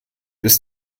bis